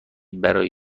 برای